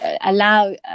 allow